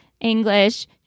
English